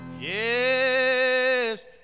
Yes